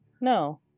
No